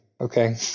okay